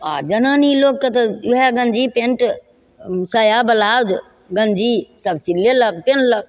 आओर जनानी लोकके तऽ वएह गञ्जी पैन्ट साया ब्लाउज गञ्जी सबचीज लेलक पेन्हलक